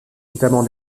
notamment